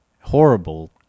Horrible